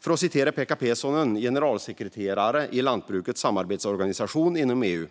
För att citera Pekka Pesonen, generalsekreterare i lantbrukets samarbetsorganisation inom EU: